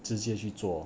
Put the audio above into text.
直接去做